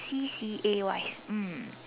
C_C_A wise um